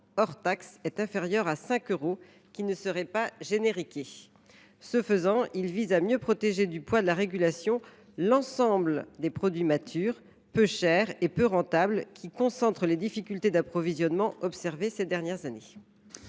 hors taxe est inférieur à 5 euros, et ce même s’ils ne sont pas « génériqués ». Nous souhaitons ainsi mieux protéger du poids de la régulation l’ensemble des produits matures, peu onéreux et peu rentables, qui concentrent les difficultés d’approvisionnement observées ces dernières années.